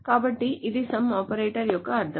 కాబట్టి ఇది some operator యొక్క అర్థం